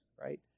right